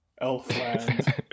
Elfland